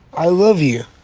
i love you.